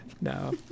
no